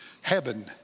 Heaven